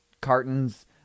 cartons